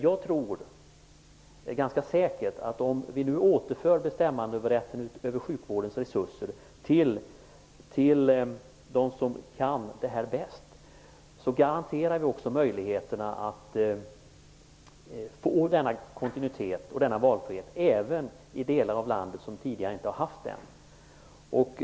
Jag är ganska säker på att om vi nu återför bestämmanderätten över sjukvårdens resurser till dem som kan det här bäst, så garanterar vi därmed möjligheten att få nämnda kontinuitet och valfrihet även i de delar av landet som tidigare inte haft sådant.